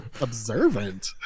Observant